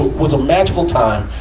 was a magical time.